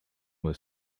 were